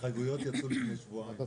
ההתחייבות יצאו לפני שבועיים.